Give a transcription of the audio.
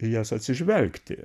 į jas atsižvelgti